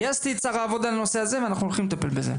גייסתי את שר העבודה לנושא הזה ואנחנו הולכים לטפל בזה.